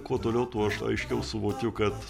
kuo toliau tuo aš aiškiau suvokiau kad